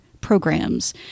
programs